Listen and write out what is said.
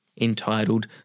entitled